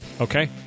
Okay